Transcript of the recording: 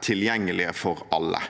tilgjengelige for alle.